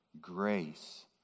grace